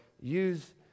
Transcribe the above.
Use